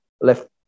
left